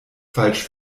falsch